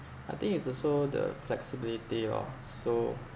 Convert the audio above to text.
I think it's also the flexibility lor so